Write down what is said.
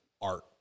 art